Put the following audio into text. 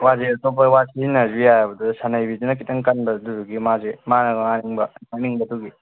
ꯋꯥꯁꯦ ꯑꯇꯣꯞꯄ ꯋꯥ ꯁꯤꯖꯤꯟꯅꯔꯁꯨ ꯌꯥꯏꯌꯦꯕ ꯑꯗꯨꯗ ꯁꯅꯩꯕꯤꯗꯨꯅ ꯈꯤꯇꯪ ꯀꯟꯕ ꯑꯗꯨꯗꯨꯒꯤ ꯃꯥꯁꯦ ꯃꯥꯅ ꯉꯥꯛꯅꯤꯡꯕ ꯑꯗꯨꯒꯤ